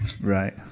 Right